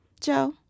Joe